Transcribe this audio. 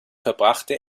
verbrachte